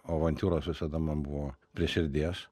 o avantiūros visada man buvo prie širdies